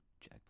Jack